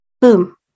Boom